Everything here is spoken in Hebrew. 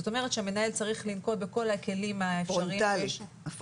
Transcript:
זאת אומרת שהמנהל צריך לנקוט בכל הכלים האפשריים --- הפרונטלית.